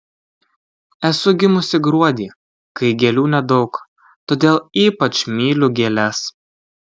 esu gimusi gruodį kai gėlių nedaug todėl ypač myliu gėles